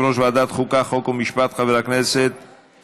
59 בעד, אפס מתנגדים, אפס